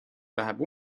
läheb